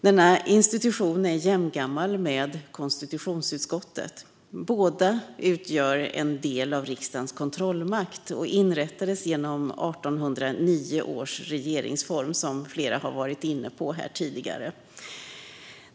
Denna institution är jämngammal med konstitutionsutskottet. Båda utgör en del av riksdagens kontrollmakt och inrättades genom 1809 års regeringsform, som flera varit inne på här tidigare.